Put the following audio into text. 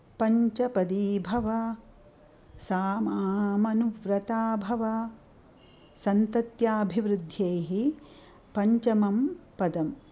पञ्चपदी भव सा मामनुव्रता भव सन्तत्याभिवृद्ध्यैः पञ्चमं पदम्